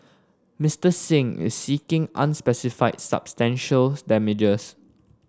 Mister Singh is seeking unspecified substantial damages